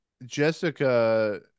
jessica